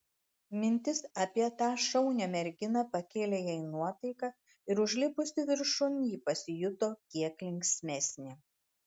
mintis apie tą šaunią merginą pakėlė jai nuotaiką ir užlipusi viršun ji pasijuto kiek linksmesnė